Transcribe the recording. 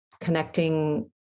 connecting